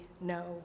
no